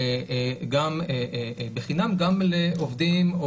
גם בחינם גם לעובדים,